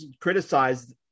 criticized